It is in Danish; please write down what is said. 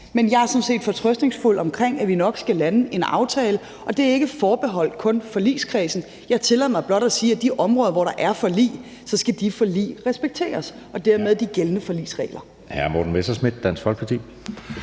er sådan set fortrøstningsfuld, i forhold til at vi nok skal lande en aftale. Og det er ikke kun forbeholdt forligskredsen. Jeg tillader mig blot at sige, at på de områder, hvor der er forlig, skal de forlig respekteres og dermed de gældende forligsregler.